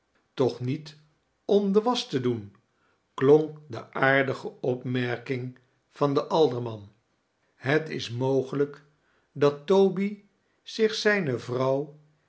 toch niet om de wasch te doen klonk de aardige opmerking van den alderman het is mogelijk dat toby zioh zijne vrouw